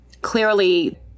clearly